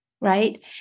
right